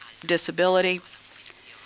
disability